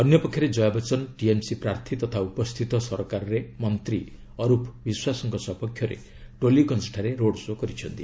ଅନ୍ୟ ପକ୍ଷରେ ଜୟା ବଚ୍ଚନ ଟିଏମ୍ସି ପ୍ରାର୍ଥୀ ତଥା ଉପସ୍ଥିତ ସରକାରରେ ମନ୍ତ୍ରୀ ଅରୁପ୍ ବିଶ୍ୱାସଙ୍କ ସପକ୍ଷରେ ଟୋଲିଗଞ୍ଜ ଠାରେ ରୋଡ୍ଶୋ କରିଛନ୍ତି